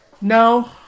No